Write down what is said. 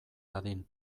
dadin